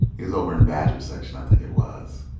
he was over in badger section, i think it was.